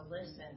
listen